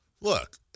Look